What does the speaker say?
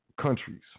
countries